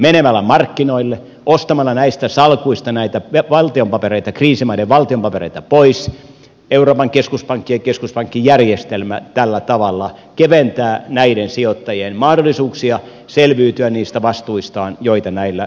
menemällä markkinoille ostamalla näistä salkuista näitä kriisimaiden valtion papereita pois euroopan keskuspankki ja keskuspankkijärjestelmä tällä tavalla keventää näiden sijoittajien mahdollisuuksia selviytyä niistä vastuistaan joita näillä sijoittajilla on